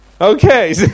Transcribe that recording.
Okay